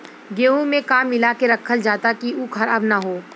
गेहूँ में का मिलाके रखल जाता कि उ खराब न हो?